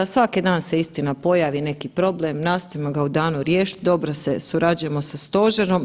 Svaki dan se istina pojavi neki problem, nastojimo ga u danu riješiti, dobro se surađujemo sa stožerom.